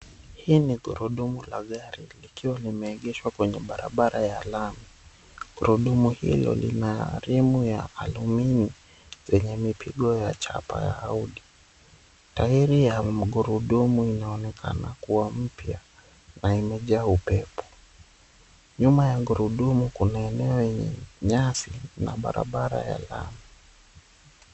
Hii ni gurudumu la gari likiwa limeegeshwa kwenye barabara ya lami. gurudumu hilo lina rimu ya alumini zenye mipigo ya chapa ya Audi. Tairi ya gurudumu inaonekana kuwa mpya na imejaaa upepo. Nyuma ya gurudumu kuna eneo yenye nyasi na barabara ya lami.